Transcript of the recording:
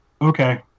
Okay